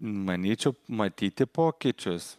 manyčiau matyti pokyčius